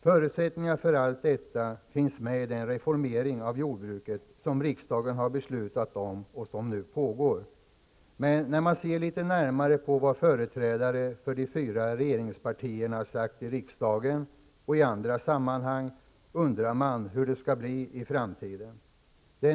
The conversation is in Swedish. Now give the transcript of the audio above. Förutsättningarna för allt detta finns med i den reformering av jordbruket som riksdagen har beslutat om och som nu pågår. Men när man ser litet närmare på vad företrädare för de fyra regeringspartierna har sagt i riksdagen och i andra sammanhang, undrar man hur det skall bli i framtiden.